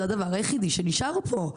זה הדבר היחיד שנשאר פה.